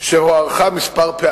תוקף הוראת השעה הוארך כמה פעמים,